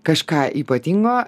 kažką ypatingo